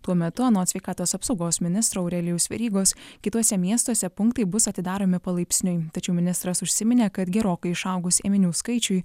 tuo metu anot sveikatos apsaugos ministro aurelijaus verygos kituose miestuose punktai bus atidaromi palaipsniui tačiau ministras užsiminė kad gerokai išaugus ėminių skaičiui